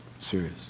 serious